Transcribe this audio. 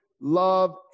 love